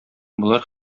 болар